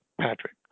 Patrick